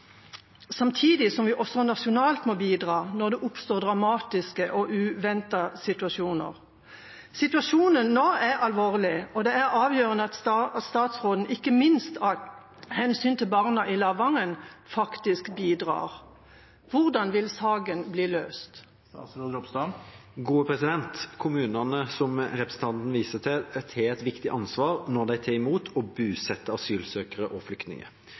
samtidig som vi også nasjonalt må bidra, når det oppstår dramatiske og uventede situasjoner. Situasjonen er nå alvorlig, og det er avgjørende at statsråden, ikke minst av hensyn til barna i Lavangen, faktisk bidrar. Hvordan vil saken bli løst?» Kommunene som representanten viser til, har et viktig ansvar når de tar imot og